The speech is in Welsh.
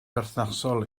berthnasol